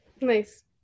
Nice